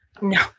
No